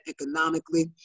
economically